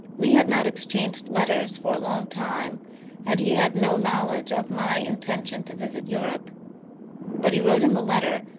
we had not exchanged letters for a long time and he had no knowledge of my intention to visit europe but he wrote in the letter,